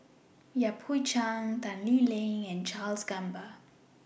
Yan Hui Chang Tan Lee Leng and Charles Gamba